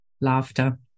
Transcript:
Laughter